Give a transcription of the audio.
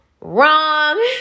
wrong